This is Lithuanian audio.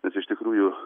bet iš tikrųjų